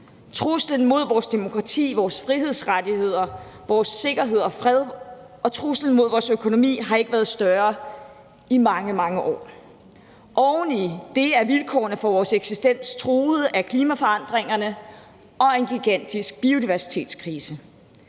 Truslen mod vores demokrati, vores frihedsrettigheder, vores sikkerhed og fred og truslen mod vores økonomi har ikke været større i mange, mange år. Oven i det er vilkårene for vores eksistens truet af klimaforandringerne og en gigantisk biodiversitetskrise.